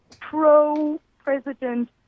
pro-president